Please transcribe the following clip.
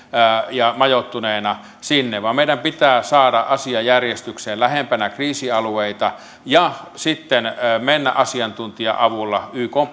ja majoittuneina sinne vaan meidän pitää saada asia järjestykseen lähempänä kriisialueita ja sitten asiantuntija avulla ykn